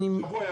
תודה.